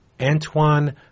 Antoine